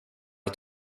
att